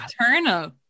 eternal